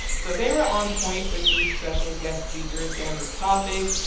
so they were on point with these special guest speakers and the topics.